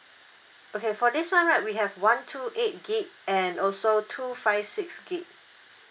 okay for this one right we have one two eight gig and also two five six gigabyte